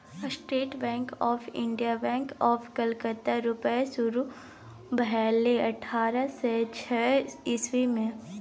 state bank of India, bank of Calcutta रुपे शुरु भेलै अठारह सय छअ इस्बी मे